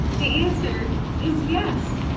the answer is yes,